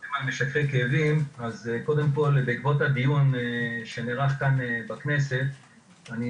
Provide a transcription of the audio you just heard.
קודם כל בעקבות הדיון שנערך כאן בכנסת אני